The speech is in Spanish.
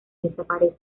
desaparece